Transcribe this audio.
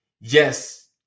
Yes